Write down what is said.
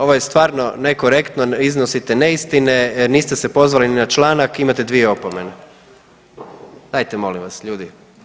Ovo je stvarno nekorektno, iznosite neistine, niste se pozvali ni na članak, imate dvije opomene, dajte molim vas ljudi.